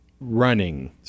running